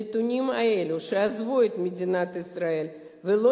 הנתונים של אלה שעזבו את מדינת ישראל ולא